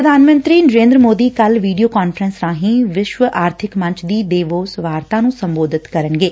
ਪ੍ਰਧਾਨ ਮੰਤਰੀ ਨਰੇਂਦਰ ਮੋਦੀ ਕੱਲੂ ਵੀਡੀਓ ਕਾਨਫਰੰਸ ਰਾਹੀਂ ਵਿਸ਼ਵ ਆਰਥਿਕ ਮੰਚ ਦੀ ਦੇਵੋਸ ਵਾਰਤਾ ਨੂੰ ਸੰਬੋਧਤ ਕਰਨਗੇ